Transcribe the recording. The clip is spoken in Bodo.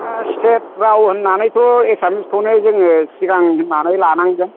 स्टेट राव होन्नानैथ' एसामिसखौनो जोङो सिगां होन्नानै लानांगोन